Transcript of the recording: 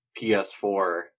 PS4